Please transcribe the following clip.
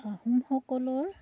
আহোমসকলৰ